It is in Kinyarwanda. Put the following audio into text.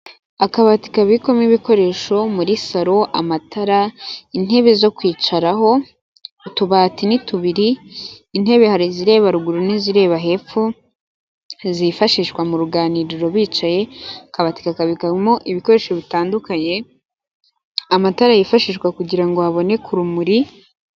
Akabati kabikwamo ibikoresho muri salon amatara intebe zo kwicaraho utubati ni tubiri intebe harizireba ha ruguru n'izireba hepfo zifashishwa mu ruganiriro bicaye kabati kakabikamo ibikoresho bitandukanye, amatara yifashishwa kugira ngo haboneke urumuri.